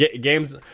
games